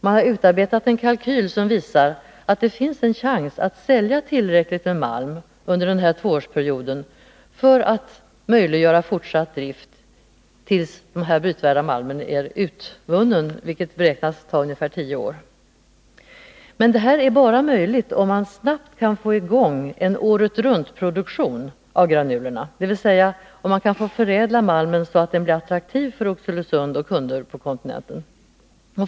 Man har utarbetat en kalkyl som visar att det finns en chans att sälja tillräckligt med malm under den här tvåårsperioden för att möjliggöra fortsatt drift tills den här brytvärda malmen är utvunnen, vilket beräknas ta ungefär tio år. Men detta är möjligt bara om man snabbt kan få i gång en åretruntproduktion av granulerna, dvs. om man kan få förädla malmen så att den blir attraktiv för Oxelösund och kunder på kontinenten.